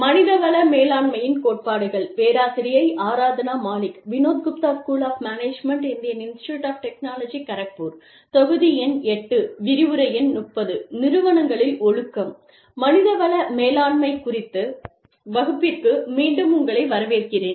மனித வள மேலாண்மை குறித்த வகுப்பிற்கு மீண்டும் உங்களை வரவேற்கிறேன்